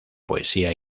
poesía